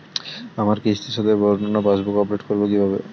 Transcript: আমার কিস্তি শোধে বর্ণনা পাসবুক আপডেট করব কিভাবে?